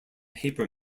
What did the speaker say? paper